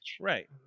right